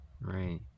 Right